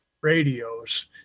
radios